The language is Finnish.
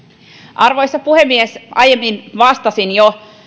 arvoisa puhemies aiemmin vastasin jo on